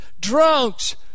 drunks